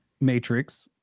matrix